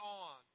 on